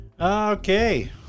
Okay